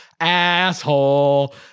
Asshole